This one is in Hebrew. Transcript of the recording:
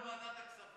יש פה יו"ר ועדת הכספים.